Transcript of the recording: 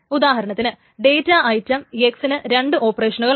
ഉദാഹരണത്തിന് data item x ന് രണ്ട് ഓപ്പറേഷനുകൾ ഉണ്ട്